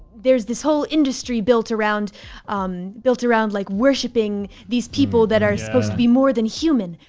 there's this whole industry built around um built around like worshiping these people that are supposed to be more than human,